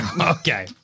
Okay